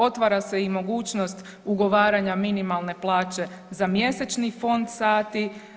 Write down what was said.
Otvara se i mogućnost ugovaranja minimalne plaće za mjesečni fond sati.